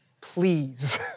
please